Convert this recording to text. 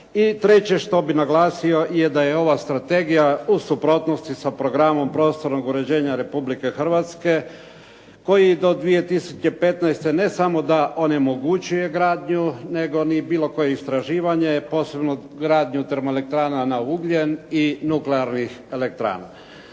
treće što bih naglasio je da je ova strategija u suprotnosti sa Programom prostornog uređenja Republike Hrvatske koji do 2015. ne samo da onemogućuje gradnju nego ni bilo koje istraživanje, posebno gradnju termoelektrana na ugljen i nuklearnih elektrana.